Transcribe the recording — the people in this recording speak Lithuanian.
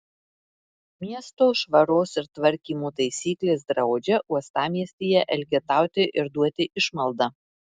miesto švaros ir tvarkymo taisyklės draudžia uostamiestyje elgetauti ir duoti išmaldą